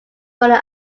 tony